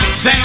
Say